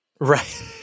right